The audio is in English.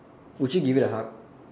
would you give it a hug